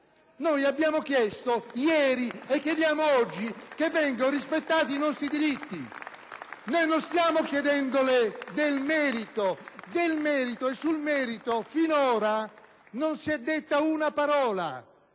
noi abbiamo chiesto ieri, e chiediamo oggi, che vengano rispettati i nostri diritti! Noi non stiamo chiedendole del merito! Del merito, e sul merito, finora non si è detta una parola.